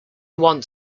want